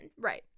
Right